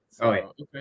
okay